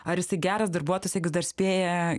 ar jisai geras darbuotojas jeigu dar spėja